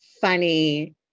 funny